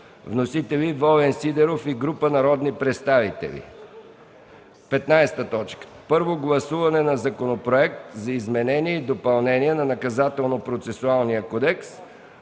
Вносители – Волен Сидеров и група народни представители. 15. Първо гласуване на Законопроект за изменение и допълнение на Наказателно-процесуалния кодекс.